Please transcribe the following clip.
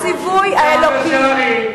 הציווי האלוקי,